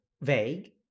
vague